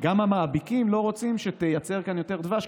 גם המאביקים לא רוצים שתייצר כאן יותר דבש.